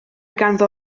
ganddo